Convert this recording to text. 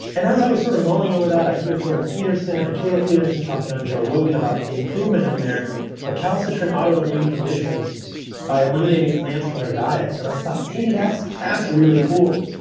and as i was sort of mulling over that, i hear jordan peterson and mikhaila peterson talking on joe rogan about the improvement in their recalcitrant autoimmune conditions by eliminating plants from their diet. and i thought, that's that's really cool.